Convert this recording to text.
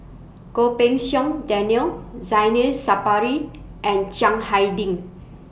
Goh Pei Siong Daniel Zainal Sapari and Chiang Hai Ding